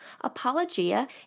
Apologia